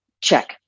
Check